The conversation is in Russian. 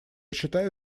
считаю